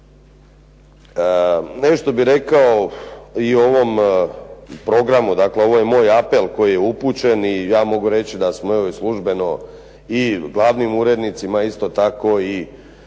Nešto bih rekao i ovom programu, dakle ovo je moj apel koji je upućen i ja mogu reći da smo i službeno i glavnim urednicima isto tako i